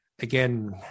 Again